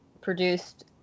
produced